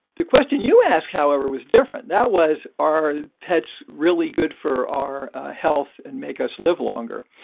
the question you ask, however, was different. that was are pets really good for our health and make us live longer?